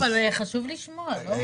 לא, אבל חשוב לשמוע, לא?